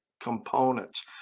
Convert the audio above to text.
components